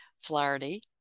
Flaherty